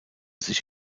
sich